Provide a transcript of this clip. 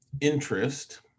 interest